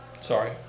Sorry